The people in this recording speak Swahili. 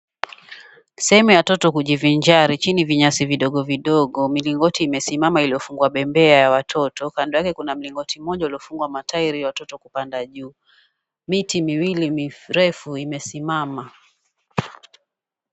Sehemu ya watoto kujivinjari. Chini vinyasi vidogo vidogo. Milingoti imesimama iliofungwa bembea ya watoto. Kando yake kuna na mlingoti mmoja uliofungwa matairi ya watoto kupanda juu. Miti miwili mirefu imesimama.